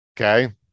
Okay